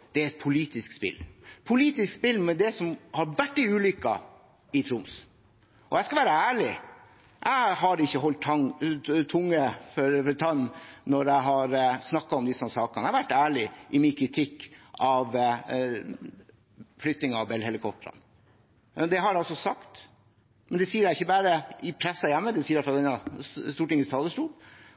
om, er et politisk spill – et politisk spill med det som har vært en ulykke i Troms. Jeg skal være ærlig, jeg har ikke holdt tann for tunge når jeg har snakket om disse sakene, jeg har vært ærlig i min kritikk av flytting av Bell-helikoptrene. Det har jeg altså sagt, men det sier jeg ikke bare i pressen hjemme. Det sier jeg fra Stortingets talerstol,